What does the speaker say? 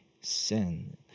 sin